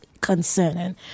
concerning